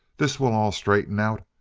this will all straighten out.